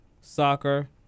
soccer